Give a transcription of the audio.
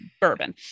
bourbon